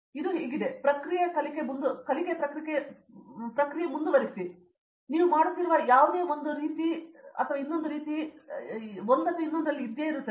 ಇದು ಹೀಗಿದೆ ಇದು ಪ್ರಕ್ರಿಯೆಯ ಕಲಿಕೆ ಮುಂದುವರೆಸಿದೆ ಮತ್ತು ನೀವು ಮಾಡುತ್ತಿರುವ ಯಾವುದೇ ರೀತಿಯು ಒಂದು ರೀತಿಯಲ್ಲಿ ಅಥವಾ ಇನ್ನೊಂದರಲ್ಲಿಯೇ ಇರುತ್ತದೆ